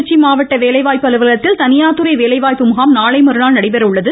திருச்சி மாவட்ட வேலைவாய்ப்பு அலுவலகத்தில் தனியார்துறை வேலைவாய்ப்பு முகாம் நாளைமறுநாள் நடைபெற உள்ளது